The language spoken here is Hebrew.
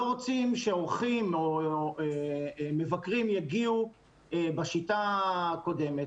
לא רוצים שאורחים או מבקרים יגיעו בשיטה הקודמת,